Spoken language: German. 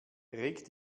reg